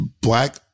Black